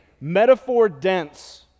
metaphor-dense